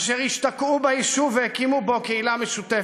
אשר השתקעו ביישוב והקימו בו קהילה משותפת.